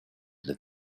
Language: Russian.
для